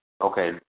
Okay